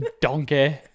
Donkey